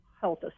Health